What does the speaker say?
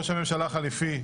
הממשלה החליפי,